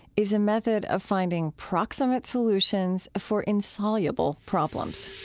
is a method of finding proximate solutions for insoluble problems.